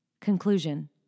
Conclusion